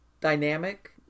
dynamic